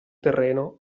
terreno